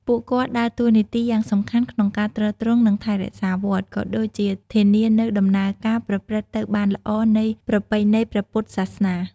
ពួកគាត់ដើរតួនាទីយ៉ាងសំខាន់ក្នុងការទ្រទ្រង់ និងថែរក្សាវត្ត ក៏ដូចជាធានានូវដំណើរការប្រព្រឹត្តទៅបានល្អនៃប្រពៃណីព្រះពុទ្ធសាសនា។